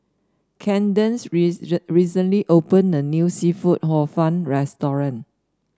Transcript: Candace recently opened a new seafood Hor Fun